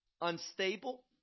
unstable